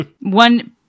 One